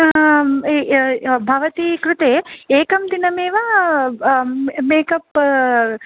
भवती कृते एकं दिनम् एव मेकप्